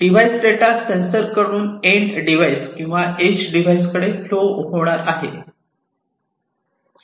device data sensor कडून end device किंवा edge device कडे फ्लो होणार आहे